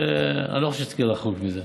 אני לא חושב שזה רחוק מזה.